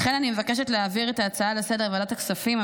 לכן אני מבקשת להעביר את ההצעה לסדר-היום לוועדת הכספים,